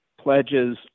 pledges